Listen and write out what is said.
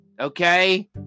Okay